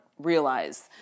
Realize